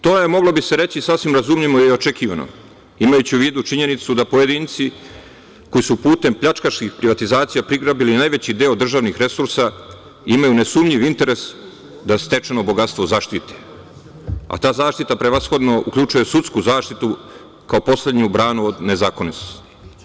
To je, moglo bi se reći, sasvim razumljivo i očekivano, imajući u vidu činjenicu da pojedinci, koji su putem pljačkaških privatizacija prigrabili najveći deo državnih resursa, imaju nesumnjiv interes da stečeno bogatstvo zaštite, a ta zaštita prevashodno uključuje sudsku zaštitu kao poslednju branu nezakonitosti.